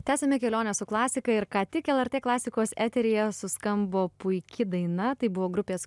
tęsiame kelionę su klasika ir ką tik lrt klasikos eteryje suskambo puiki daina tai buvo grupės